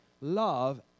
love